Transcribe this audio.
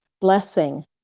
blessing